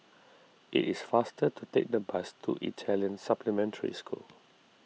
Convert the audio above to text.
it is faster to take the bus to Italian Supplementary School